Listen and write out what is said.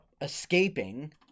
escaping